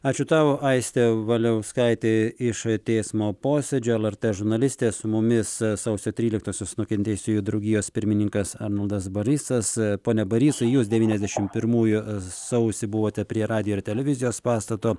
ačiū tau aistė valiauskaitė iš teismo posėdžio elartė žurnalistė su mumis sausio tryliktosios nukentėjusiųjų draugijos pirmininkas arnoldas barysas pone barysai jūs devyniasdešim pirmųjų sausį buvote prie radijo ir televizijos pastato